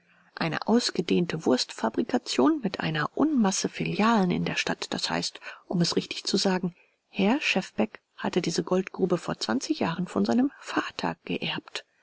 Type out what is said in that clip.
eine ausgedehnte wurstfabrikation mit einer unmasse filialen in der stadt das heißt um es richtig zu sagen herr schefbeck hatte diese goldgrube vor zwanzig jahren von seinem vater geerbt